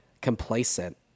complacent